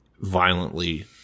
violently